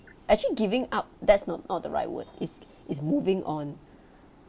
actually giving up that's not not the right word it's it's moving on